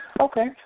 Okay